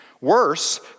Worse